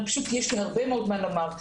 יש לי הרבה מאוד מה לומר,